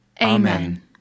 Amen